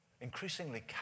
increasingly